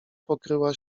pokryła